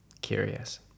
Curious